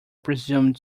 presume